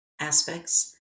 aspects